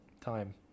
time